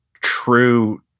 true